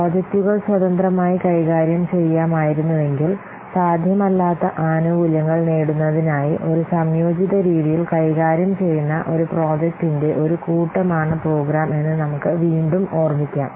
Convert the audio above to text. പ്രോജക്റ്റുകൾ സ്വതന്ത്രമായി കൈകാര്യം ചെയ്യാമായിരുന്നുവെങ്കിൽ സാധ്യമല്ലാത്ത ആനുകൂല്യങ്ങൾ നേടുന്നതിനായി ഒരു സംയോജിത രീതിയിൽ കൈകാര്യം ചെയ്യുന്ന ഒരു പ്രോജക്റ്റിന്റെ ഒരു കൂട്ടമാണ് പ്രോഗ്രാം എന്ന് നമുക്ക് വീണ്ടും ഓർമ്മിക്കാം